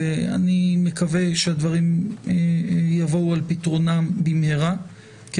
מקווה שהדברים יבואו על פתרונם במהרה - ותכף אני אומר גם מעבר למקווה.